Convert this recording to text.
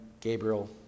Gabriel